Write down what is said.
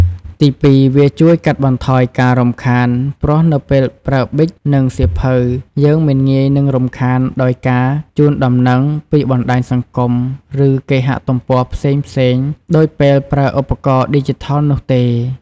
ទីពីរ វាជួយ កាត់បន្ថយការរំខាន ព្រោះនៅពេលប្រើប៊ិច និងសៀវភៅ យើងមិនងាយនឹងរំខានដោយការជូនដំណឹង ពីបណ្ដាញសង្គម ឬគេហទំព័រផ្សេងៗដូចពេលប្រើឧបករណ៍ឌីជីថលនោះទេ។